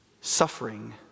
suffering